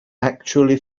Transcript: actually